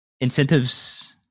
incentives